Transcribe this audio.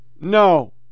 no